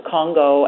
Congo